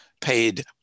paid